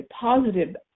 positive